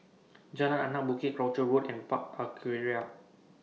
Jalan Anak Bukit Croucher Road and Park Aquaria